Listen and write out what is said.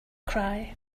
cry